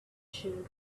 children